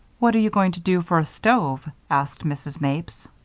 what are you going to do for a stove? asked mrs. mapes.